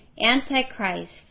Antichrist